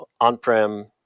on-prem